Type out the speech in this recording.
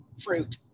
fruit